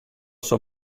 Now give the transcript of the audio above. sua